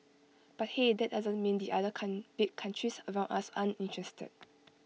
but hey that doesn't mean the other con big countries around us aren't interested